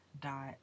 dot